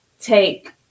take